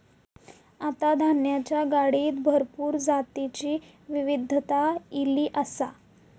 आता धान्याच्या गाडीत भरपूर जातीची विविधता ईली आसा